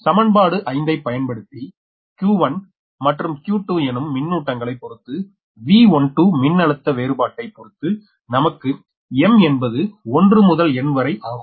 சமன்பாடு 5 ஐ பயன்படுத்தி q1 மற்றும் q2 எனும் மின்னூட்டங்களை பொறுத்து V12 மின்னழுத்த வேறுபாட்டை பொறுத்து நமக்கு m என்பது 1 முதல் n வரை ஆகும்